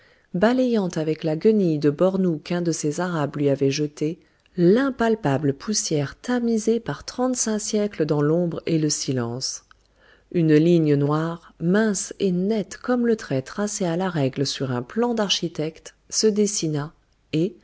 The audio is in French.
balayant avec la guenille de burnous qu'un de ses arabes lui avait jetée l'impalpable poussière tamisée par trente-cinq siècles dans l'ombre et le silence une ligne noire mince et nette comme le trait tracé à la règle sur un plan d'architecte se dessina et